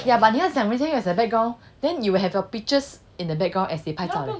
yeah but 你要想 you use it as a background then you will have your pictures in the background as they 拍照